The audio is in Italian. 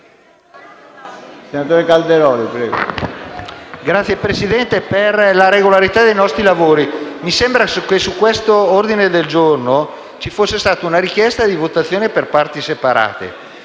Signor Presidente, per la regolarità dei nostri lavori, vorrei dire che mi sembra che su questo ordine del giorno ci fosse stata una richiesta di votazione per parti separate